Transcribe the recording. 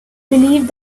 believed